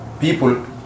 people